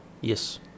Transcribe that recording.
yes